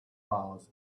miles